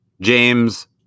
James